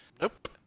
nope